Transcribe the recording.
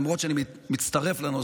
למרות שאני מצטרף לנושא,